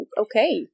Okay